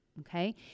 Okay